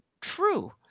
true